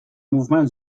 mouvements